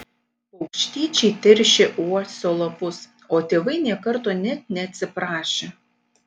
paukštyčiai teršė uosio lapus o tėvai nė karto net neatsiprašė